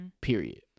Period